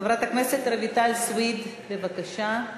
חברת הכנסת רויטל סויד, בבקשה,